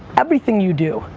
everything you do,